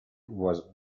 was